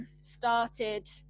started